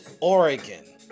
Oregon